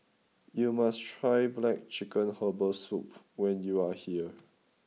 you must try Black Chicken Herbal Soup when you are here